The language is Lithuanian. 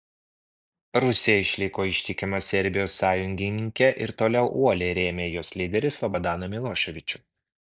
rusija išliko ištikima serbijos sąjungininkė ir toliau uoliai rėmė jos lyderį slobodaną miloševičių